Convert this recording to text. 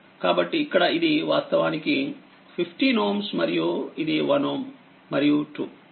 కాబట్టిఇక్కడ ఇది వాస్తవానికి15Ωమరియు ఇది1 మరియు 2